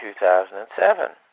2007